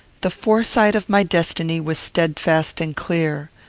the foresight of my destiny was steadfast and clear.